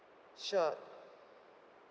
sure